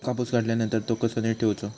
कापूस काढल्यानंतर तो कसो नीट ठेवूचो?